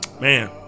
Man